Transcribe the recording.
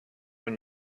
your